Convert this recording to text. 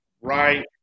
right